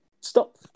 Stop